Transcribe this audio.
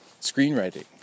screenwriting